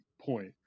point